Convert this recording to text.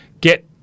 Get